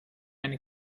eine